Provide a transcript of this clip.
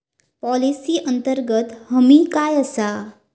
Policy अंतर्गत हमी काय आसा?